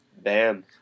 Bam